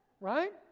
Right